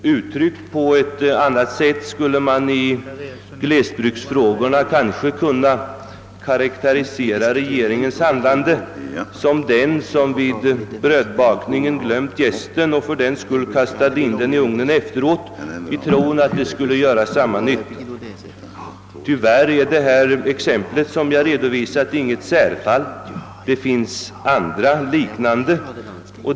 Uttryckt på ett annat sätt skulle man kunna jämföra regeringens handlande när det gäller glesbygdsfrågorna med berättelsen om den som vid brödbakningen glömt jästen och fördenskull kastade in den i ugnen efteråt i tron att detta skulle göra samma nytta. Tyvärr är det exempel jag redovisat inget särfall, det finns andra liknande.